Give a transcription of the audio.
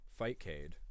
Fightcade